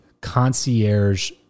concierge